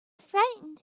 frightened